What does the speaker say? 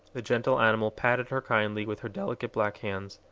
the gentle animal patted her kindly with her delicate black hands.